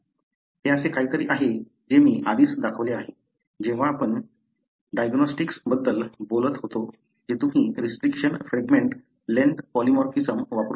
हे असे काहीतरी आहे जे मी आधीच दाखवले आहे जेव्हा आपण डायग्नोस्टिक्स बद्दल बोलत होतो जे तुम्ही रिस्ट्रिक्शन फ्रॅगमेंट लेन्थ पॉलिमॉर्फिझम वापरू शकता